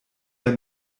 der